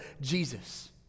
Jesus